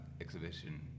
Exhibition